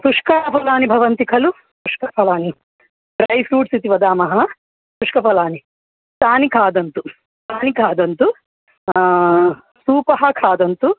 शुष्कफलानि भवन्ति खलु शुष्कफलानि ड्रैफ़्रूट्स् इति वदामः शुष्कफलानि तानि खादन्तु तानि खादन्तु सूपं खादन्तु